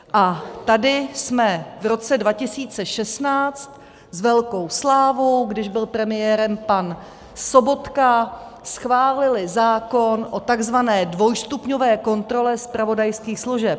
A tady jsme v roce 2016 s velkou slávou, když byl premiérem pan Sobotka, schválili zákon o takzvané dvojstupňové kontrole zpravodajských služeb.